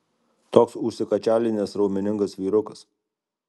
toks užsikačialinęs raumeningas vyrukas